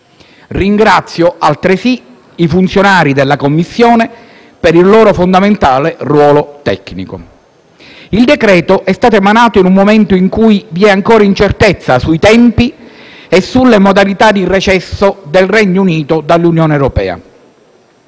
lavori, nonché i funzionari della Commissione per il loro fondamentale ruolo tecnico. Il decreto-legge è stato emanato in un momento in cui vi è ancora incertezza sui tempi e sulle modalità di uscita dall'Unione europea